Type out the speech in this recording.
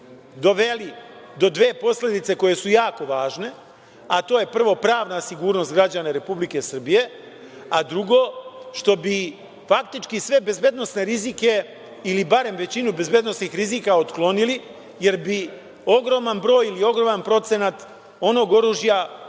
doveli do dve posledice koje su jako važne, a to je, prvo, pravna sigurnost građana Republike Srbije, a drugo, što bi faktički sve bezbednosne rizike ili barem većinu bezbednosnih rizika otklonili, jer bi ogroman broj ili ogroman procenat onog oružja koje